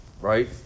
right